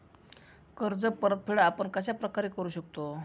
कर्ज परतफेड आपण कश्या प्रकारे करु शकतो?